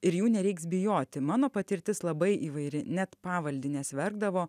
ir jų nereiks bijoti mano patirtis labai įvairi net pavaldinės verkdavo